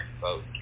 vote